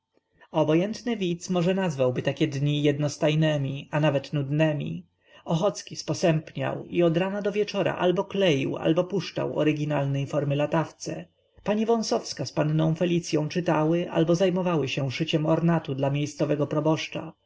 obojętny widz może nazwałby takie dni jednostajnemi a nawet nudnemi ochocki sposępniał i od rana do wieczora albo kleił albo puszczał oryginalnej formy latawce pani wąsowska z panną felicyą czytały albo zajmowały się szyciem ornatu dla miejscowego proboszcza